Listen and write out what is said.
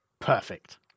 perfect